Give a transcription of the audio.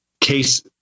case